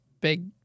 big